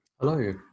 Hello